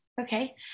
Okay